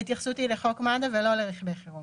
ההתייחסות היא לחוק מד"א ולא לרכבי חירום.